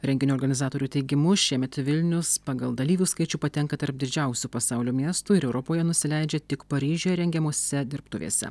renginio organizatorių teigimu šiemet vilnius pagal dalyvių skaičių patenka tarp didžiausių pasaulio miestų ir europoje nusileidžia tik paryžiuje rengiamose dirbtuvėse